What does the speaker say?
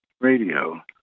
radio